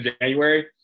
January